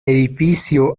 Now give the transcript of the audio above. edificio